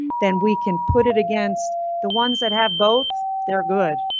then we can put it against the ones that have both. they are good,